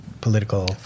political